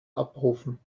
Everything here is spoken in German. abrufen